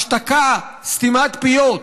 השתקה, סתימת פיות,